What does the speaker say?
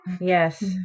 yes